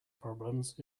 problems